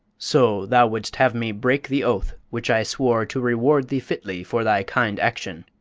so thou wouldst have me break the oath which i swore to reward thee fitly for thy kind action?